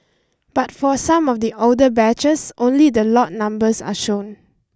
but for some of the older batches only the lot numbers are shown